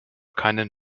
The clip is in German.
keinen